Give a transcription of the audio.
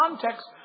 context